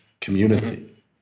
community